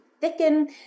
thicken